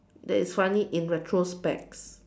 that is funny in retrospect